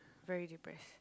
very depressed